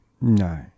No